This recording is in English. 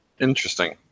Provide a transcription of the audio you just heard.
Interesting